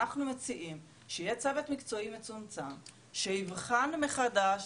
אנחנו מציעים שיהיה צוות מקצועי מצומצם שייבחן מחדש